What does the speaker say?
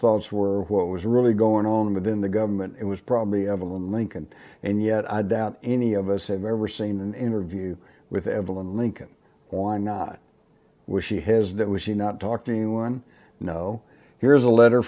thoughts were what was really going on within the government it was probably evelyn lincoln and yet i doubt any of us have ever seen an interview with evelyn lincoln why not when she has that was she not talking one you know here's a letter